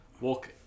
walk